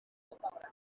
restaurant